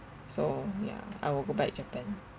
so ya I will go back japan